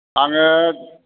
आङो